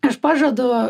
aš pažadu